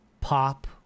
pop